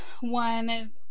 one